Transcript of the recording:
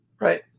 Right